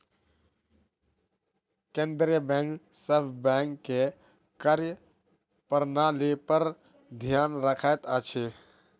केंद्रीय बैंक सभ बैंक के कार्य प्रणाली पर ध्यान रखैत अछि